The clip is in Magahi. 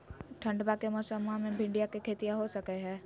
ठंडबा के मौसमा मे भिंडया के खेतीया हो सकये है?